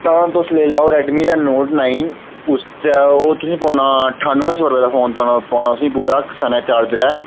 तां तुस लेई लो रैडमिं दा नोट नाइन ओह् तुसेंगी अठानमें सौ रपेऽ दा फोन पौना पूरा सनें चार्जर